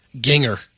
Ginger